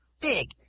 Big